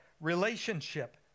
relationship